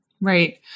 Right